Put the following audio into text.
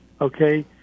okay